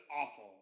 awful